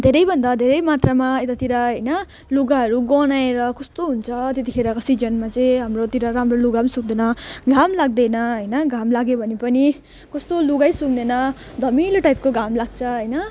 धेरैभन्दा धेरै मात्रामा यतातिर होइन लुगाहरू गन्हाएर कस्तो हुन्छ त्यतिखेरको सिजनमा चाहिँ हाम्रोतिर राम्रो लुगा पनि सुक्दैन घाम लाग्दैन होइन घाम लाग्यो भने पनि कस्तो लुगै सुक्दैन धमिलो टाइपको घाम लाग्छ होइन